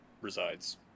resides